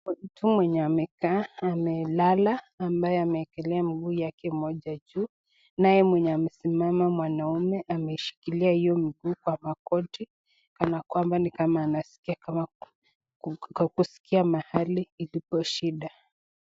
Kuna mtu mwenye amekaa, amelala ambaye amewekelea mguu yake moja juu, naye mwenye amesimama mwanaume ameshikilia mguu yake juu kwa magoti kana kwamba ni kama anaskia mahali ilipo shida.